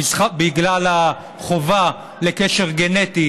בגלל החובה לקשר גנטי